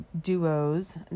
duos